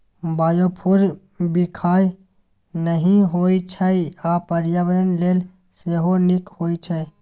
biofuel बिखाह नहि होइ छै आ पर्यावरण लेल सेहो नीक होइ छै